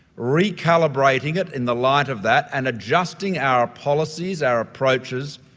recalibrating it in the light of that and adjusting our policies, our approaches,